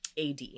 AD